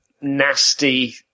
nasty